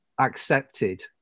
accepted